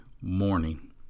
morning